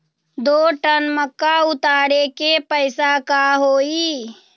दो टन मक्का उतारे के पैसा का होई?